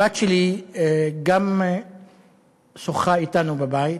הבת שלי גם שוחחה אתנו, בבית,